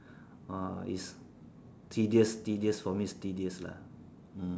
ah it's tedious tedious for me it's tedious lah